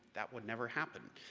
that would never happen.